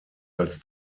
als